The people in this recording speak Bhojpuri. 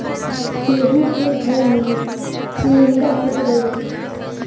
केहु के घर मे सिलिन्डर फट गयल